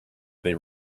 they